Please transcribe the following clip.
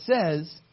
says